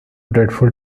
dreadful